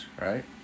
right